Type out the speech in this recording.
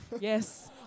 Yes